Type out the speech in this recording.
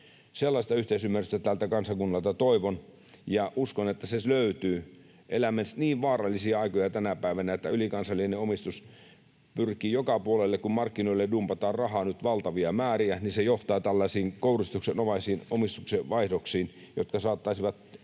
Sellaista yhteisymmärrystä tältä kansakunnalta toivon, ja uskon, että se löytyy. Elämme niin vaarallisia aikoja tänä päivänä, että ylikansallinen omistus pyrkii joka puolelle. Kun markkinoille dumpataan rahaa nyt valtavia määriä, niin se johtaa tällaisiin kouristuksenomaisiin omistuksenvaihdoksiin, jotka saattaisivat